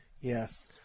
Yes